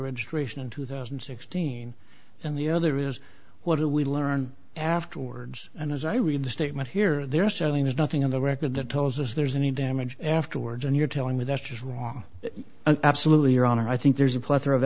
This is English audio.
registration in two thousand and sixteen and the other is what do we learn afterwards and as i read the statement here there is selling is nothing on the record that tells us there's any damage afterwards and you're telling me that's just wrong absolutely your honor i think there's a plethora of